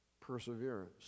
perseverance